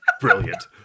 Brilliant